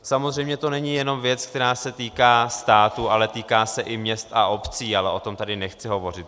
Samozřejmě to není jenom věc, která se týká státu, ale týká se i měst a obcí, ale o tom tady nechci hovořit.